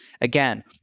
Again